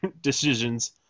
decisions